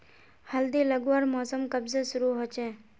हल्दी लगवार मौसम कब से शुरू होचए?